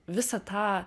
visą tą